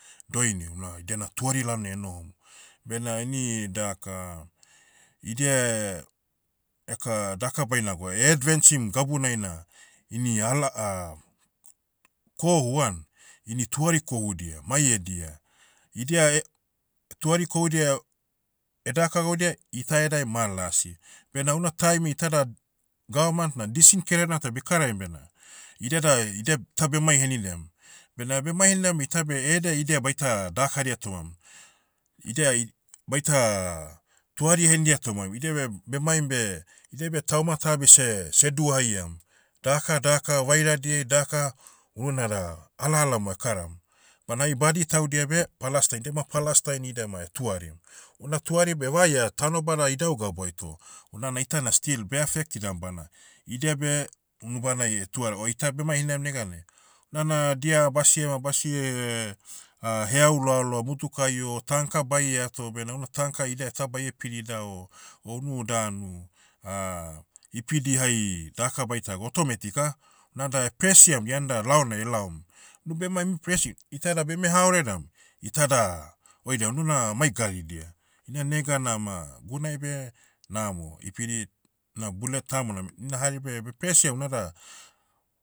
Doini una idia na tuari laonai enohom. Bena ini daka, idia, eka daka baina gwa, edvensim gabunai na, ini ala- kohu an. Ini tuari kohudia, mai edia. Idia eh, tuari kohudia, edaka gaudia, ita edai ma lasi. Bena una taimi itada, gavamant na disin kererena ta bekaraiam bena, idia da, idia, ita bemai henidam. Bena bemai henidam beh ita beh ede idia baita dakadia tomam. Idia i- baita, tuari henidia tomam. Idia beh bemaim beh, idia beh tauma ta beh seh- seduhaiam. Dahaka dahaka vairadiai daka, unu nada ala ala mo ekaram. Bana hai badi taudia beh, palastain. Idiama palastain ida ma etuarim. Una tuari beh vaia tanobada idau gabuai toh, unana itana still beh afektidam bana, idia beh, unubanai tuara o ita bemai inam neganai. Nana dia basio- basie, heau loaloa motukai o tanka baieato bena ona tanka idia ta baie pidida o, o unu danu, ipidi hai, dahaka baita gwa automatic ah. Unada presiam ianda laonai elaom. Nu bemaim ipresi, itada beme haoredam, itada, oidam unu na mai garidia. Ina nega nama, gunai beh, namo. Ipidi, na bullet tamona meh. Ina hari beh bepresiam unada,